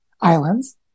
islands